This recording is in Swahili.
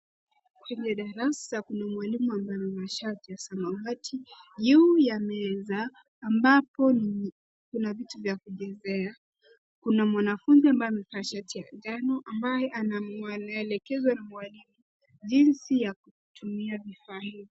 Kwenye darasa kuna mwalimu ambaye amevaa shati ya samahati Juu ya meza ambapo kuna vitu vya kichezea. Kuna mwanafunzi ambaye amevaa shati ya njano ambaye anayelekezwa na mwalimu jinsi ya kutumia vifaa hivi.